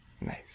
Nice